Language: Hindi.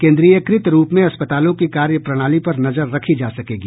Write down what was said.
केन्द्रीयकृत रूप में अस्पतालों की कार्य प्रणाली पर नजर रखी जा सकेगी